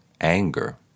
anger